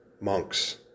monks